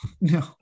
no